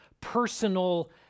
personal